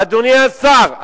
אדוני השר,